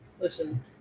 listen